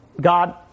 God